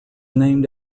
named